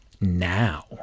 now